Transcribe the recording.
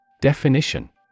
Definition